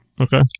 Okay